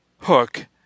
hook